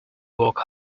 work